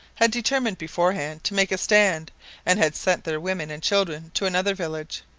had determined beforehand to make a stand and had sent their women and children to another village.